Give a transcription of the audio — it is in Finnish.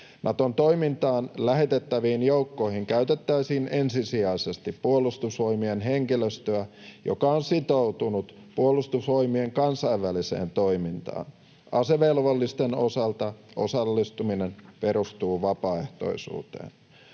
Naton toimintaan lähetettäviin joukkoihin käytettäisiin ensisijaisesti Puolustusvoimien henkilöstöä, joka on sitoutunut Puolustusvoimien kansainväliseen toimintaan. Asevelvollisten osalta osallistuminen perustuu vapaaehtoisuuteen.